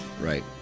right